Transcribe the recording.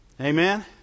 Amen